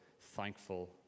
thankful